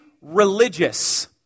religious